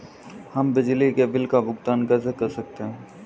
हम बिजली के बिल का भुगतान कैसे कर सकते हैं?